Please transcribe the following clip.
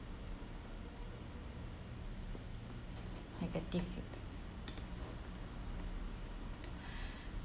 negative